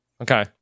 Okay